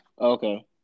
Okay